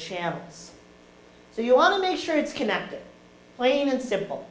channel so you want to make sure it's connected plain and simple